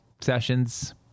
sessions